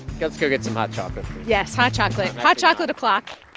let's go get some hot chocolate yes, hot chocolate. hot chocolate o'clock